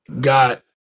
got